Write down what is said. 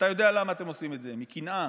אתה יודע למה אתם עושים את זה: מקנאה.